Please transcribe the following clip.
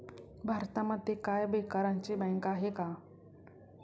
भारतामध्ये काय बेकारांची बँक आहे का?